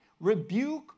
rebuke